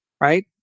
Right